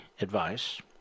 advice